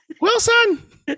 Wilson